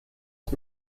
ich